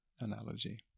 analogy